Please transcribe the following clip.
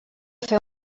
fer